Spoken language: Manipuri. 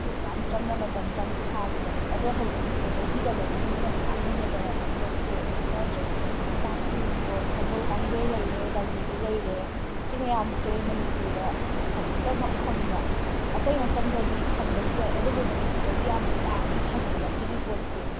ꯈꯨꯠ ꯌꯥꯝ ꯆꯪꯅ ꯃꯇꯝ ꯆꯪꯅ ꯁꯥꯔꯤꯕꯅꯦ ꯑꯗꯣ ꯍꯧꯖꯤꯛꯇꯤ ꯁꯦ ꯂꯩꯕꯤꯗꯕꯒꯤ ꯃꯤꯅ ꯃꯌꯥꯝ ꯍꯦꯟꯃꯟꯗꯅꯅꯦ ꯄꯣꯠꯁꯦ ꯁꯤꯠꯅꯗ꯭ꯔꯦ ꯑꯩ ꯇꯥꯛꯀꯦ ꯌꯦꯡꯉꯨꯀꯣ ꯁꯒꯣꯜ ꯀꯥꯡꯖꯩ ꯂꯩꯔꯦ ꯂꯥꯏꯙꯤꯕꯤ ꯂꯩꯔꯦ ꯁꯤ ꯃꯌꯥꯝꯁꯦ ꯃꯅꯤꯄꯨꯔꯗ ꯈꯛꯇꯃꯛ ꯐꯪꯕ ꯑꯇꯩ ꯃꯐꯝꯗꯗꯤ ꯐꯪꯕꯁꯨ ꯌꯥꯏ ꯑꯗꯨꯕꯨ ꯃꯅꯤꯄꯨꯔꯗꯗꯤ ꯌꯥꯝꯅ ꯇꯥꯡꯅ ꯐꯪꯉꯦꯕ ꯁꯤꯒꯤ ꯄꯣꯠꯁꯦ